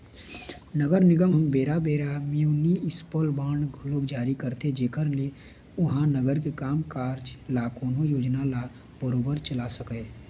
नगर निगम ह बेरा बेरा म्युनिसिपल बांड घलोक जारी करथे जेखर ले ओहा नगर के काम कारज ल कोनो योजना ल बरोबर चला सकय